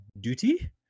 duty